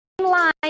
line